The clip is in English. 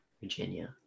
Virginia